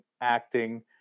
acting